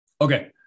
Okay